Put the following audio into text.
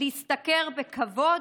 להשתכר בכבוד,